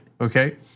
okay